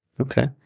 Okay